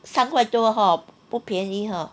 三块多 hor 不便宜 hor